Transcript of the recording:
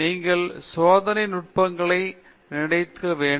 எனவே நீங்கள் சோதனை நுட்பங்களை நிபுணத்துவம் வேண்டும்